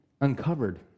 uncovered